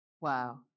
Wow